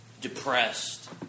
depressed